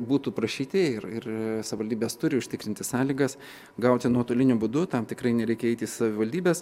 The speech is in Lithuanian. būtų prašyti ir ir savivaldybės turi užtikrinti sąlygas gauti nuotoliniu būdu tam tikrai nereikia eiti į savivaldybes